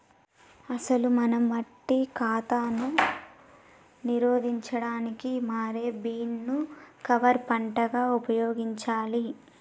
అసలు మనం మట్టి కాతాను నిరోధించడానికి మారే బీన్ ను కవర్ పంటగా ఉపయోగించాలి